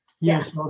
Yes